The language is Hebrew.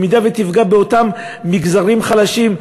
אם תפגע באותם מגזרים חלשים,